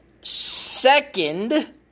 second